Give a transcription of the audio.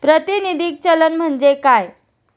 प्रातिनिधिक चलन म्हणजे काय?